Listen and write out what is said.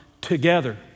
together